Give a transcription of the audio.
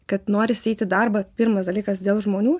kad norisi eiti darbą pirmas dalykas dėl žmonių